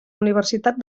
universitat